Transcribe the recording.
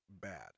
bad